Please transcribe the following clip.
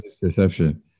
perception